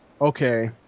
okay